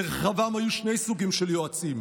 לרחבעם היו שני סוגים של יועצים,